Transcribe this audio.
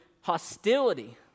hostility